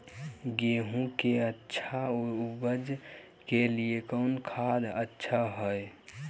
गेंहू के अच्छा ऊपज के लिए कौन खाद अच्छा हाय?